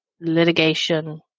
litigation